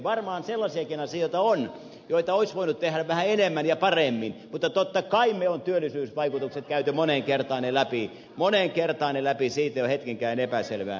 varmaan sellaisiakin asioita on joita olisi voitu tehdä vähän enemmän ja paremmin mutta totta kai me olemme työllisyysvaikutukset käyneet moneen kertaan läpi siitä ei ole hetkenkään epäselvää